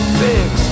fix